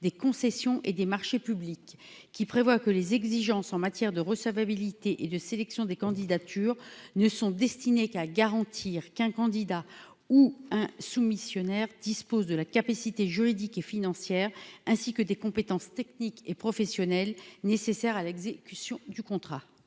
des concessions et des marchés publics qui prévoit que les exigences en matière de recevabilité et de sélection des candidatures ne sont destinées qu'à garantir qu'un candidat ou un soumissionnaire dispose de la capacité juridique et financière, ainsi que des compétences techniques et professionnelles nécessaires à l'exécution du contrat.